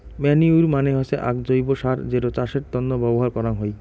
manure মানে হসে আক জৈব্য সার যেটো চাষের তন্ন ব্যবহার করাঙ হই